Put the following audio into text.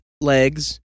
legs